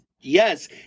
yes